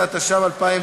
85 והוראת